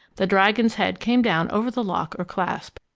the dragon's head came down over the lock or clasp,